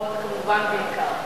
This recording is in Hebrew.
מורות כמובן, בעיקר.